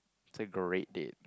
it's a great date